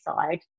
side